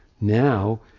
now